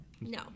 No